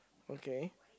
okay